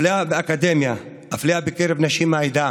אפליה באקדמיה, אפליה בקרב נשים מהעדה,